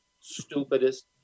stupidest